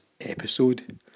episode